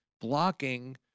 blocking